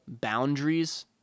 boundaries